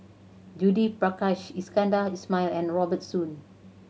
Judith Prakash Iskandar Ismail and Robert Soon